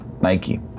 Nike